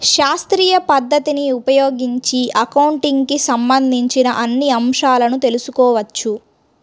శాస్త్రీయ పద్ధతిని ఉపయోగించి అకౌంటింగ్ కి సంబంధించిన అన్ని అంశాలను తెల్సుకోవచ్చు